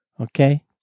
Okay